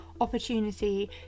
opportunity